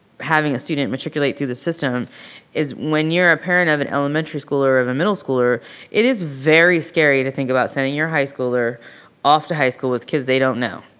having a student matriculate through the system is when you're a parent of an elementary schooler or of a middle schooler it is very scary to think about sending your high schooler off to high school with kids they don't know.